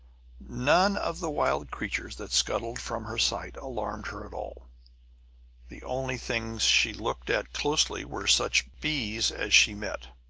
none of the wild creatures that scuttled from her sight alarmed her at all the only things she looked at closely were such bees as she met.